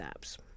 apps